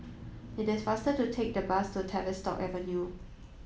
it is faster to take the bus to Tavistock Avenue